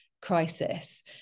crisis